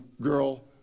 girl